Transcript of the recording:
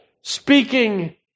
speaking